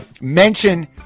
mention